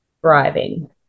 thriving